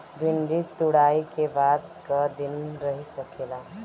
भिन्डी तुड़ायी के बाद क दिन रही सकेला?